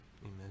amen